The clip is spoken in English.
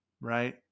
right